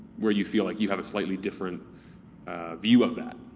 where you feel like you have a slightly different view of that,